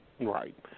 Right